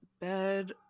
bed